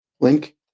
link